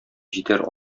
җитәр